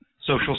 social